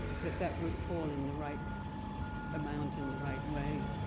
that that would fall in the right amount in the right way